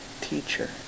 teacher